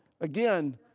Again